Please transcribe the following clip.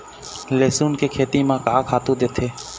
लेसुन के खेती म का खातू देथे?